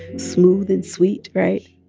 smooth and sweet, right?